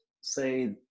say